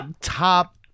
top